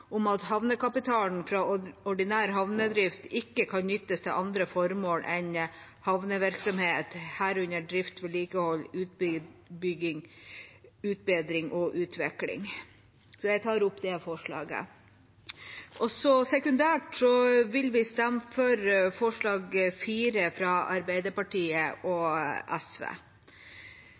om at havnekapital fra ordinær havnedrift ikke kan nyttes til andre formål enn havnevirksomhet, herunder drift, vedlikehold, utbedring, utbygging og utvikling. Jeg tar opp det forslaget. Sekundært vil vi stemme for forslag nr. 4 fra Arbeiderpartiet og SV.